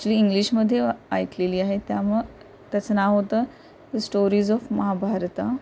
actually इंग्लिशमध्ये ऐकलेली आहे त्यामु त्याचं नाव होतं स्टोरीज ऑफ महाभारता